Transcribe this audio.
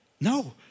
No